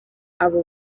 abo